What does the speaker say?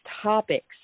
topics